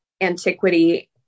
antiquity